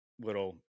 little